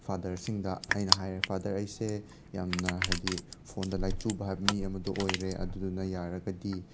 ꯐꯥꯗꯔꯁꯤꯡꯗ ꯑꯩꯅ ꯍꯥꯏꯔꯦ ꯐꯥꯗꯔ ꯑꯩꯁꯦ ꯌꯥꯝꯅ ꯍꯥꯏꯗꯤ ꯐꯣꯟꯗ ꯂꯥꯏꯆꯨꯕ ꯍꯥꯏꯕ ꯃꯤ ꯑꯃꯗꯣ ꯑꯣꯏꯔꯦ ꯑꯗꯨꯗꯨꯅ ꯌꯥꯔꯒꯗꯤ